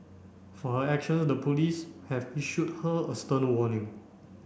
for her actions the police have issued her a stern warning